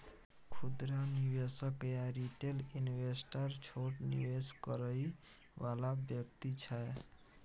खुदरा निवेशक या रिटेल इन्वेस्टर छोट निवेश करइ वाला व्यक्ति छै